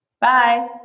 Bye